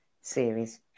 series